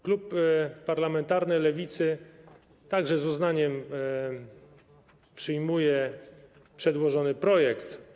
Klub parlamentarny Lewicy z uznaniem przyjmuje przedłożony projekt.